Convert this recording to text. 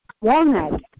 walnut